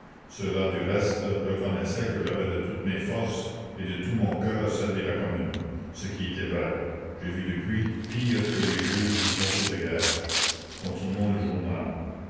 ceux-là du reste reconnaissaient que j'avais de toutes mes forces et de tout mon cœur servi la commune ce qui était vrai j'ai vu depuis pire que les juges du conseil de guerre continuons le journal